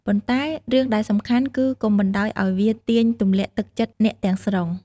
ប៉ុន្តែ រឿងដែលសំខាន់គឺ កុំបណ្តោយឲ្យវាទាញទម្លាក់ទឹកចិត្តអ្នកទាំងស្រុង។